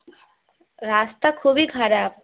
রাস্তা খুবই খারাপ